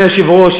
אדוני היושב-ראש,